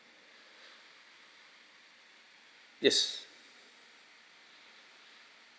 yes